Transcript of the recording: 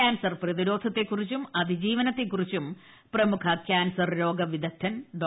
cancer പ്രതിരോധത്തെക്കുറിച്ചും അതിജീവനത്തെക്കുറിച്ചും പ്രമുഖ കാൻസർ രോഗവിദഗ്ധൻ ഡോ